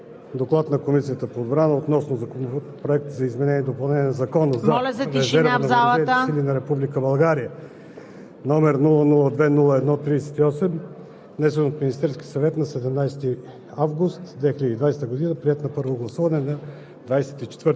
Уважаема госпожо Председател, уважаеми колеги! „Доклад на Комисията по отбрана относно Законопроект за изменение и допълнение на Закона за резерва на въоръжените сили на Република България,